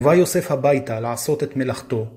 ויוסף הביתה לעשות את מלאכתו.